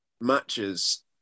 matches